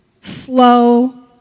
Slow